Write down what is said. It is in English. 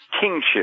kingship